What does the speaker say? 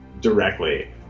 directly